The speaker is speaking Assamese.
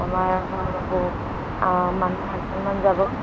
আমাৰ ঘৰৰ মানুহ আঠজনমান যাব